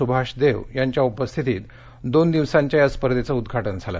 सुभाष देव यांच्या उपस्थितीत दोन दिवसांच्या या स्पर्धेचं उद्दाटन झालं